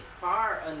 far